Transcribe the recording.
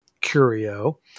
curio